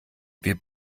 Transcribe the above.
wir